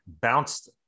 bounced